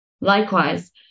Likewise